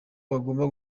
bagomba